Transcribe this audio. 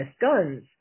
guns